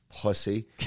Pussy